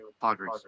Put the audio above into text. Padres